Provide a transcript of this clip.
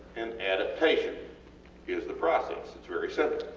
and adaptation is the process its very simple.